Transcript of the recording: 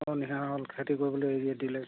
অ নিশা হ'ল খেতি কৰিবলৈ এৰিয়ে দিলে